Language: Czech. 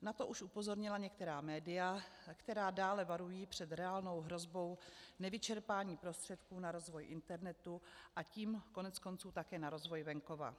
Na to už upozornila některá média, která dále varují před reálnou hrozbou nevyčerpání prostředků na rozvoj internetu, a tím koneckonců také na rozvoj venkova.